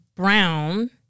Brown